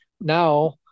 Now